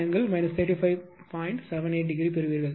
78 ° பெறுவீர்கள்